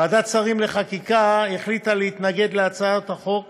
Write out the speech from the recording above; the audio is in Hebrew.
ועדת שרים לחקיקה החליטה להתנגד להצעת החוק